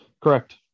Correct